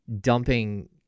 dumping